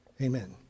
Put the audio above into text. amen